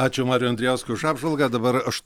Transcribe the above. ačiū mariui andrijauskui už apžvalgą dabar aš